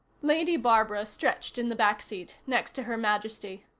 lady barbara stretched in the back seat, next to her majesty.